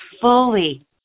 fully